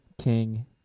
King